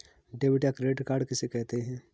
Debit या credit card किसे कहते हैं?